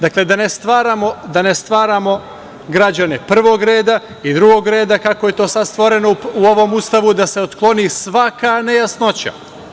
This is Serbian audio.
Dakle, da ne stvaramo građane prvog reda i drugog reda, kako je sada stvoreno u ovom Ustavu, da se otkloni svaka nejasnoća.